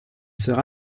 sera